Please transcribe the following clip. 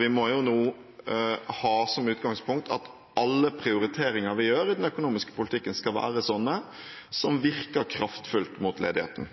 Vi må jo nå ha som utgangspunkt at alle prioriteringer vi gjør i den økonomiske politikken, skal være prioriteringer som virker kraftfullt mot ledigheten.